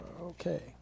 Okay